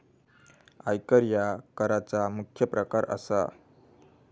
आयकर ह्या कराचा मुख्य प्रकार असा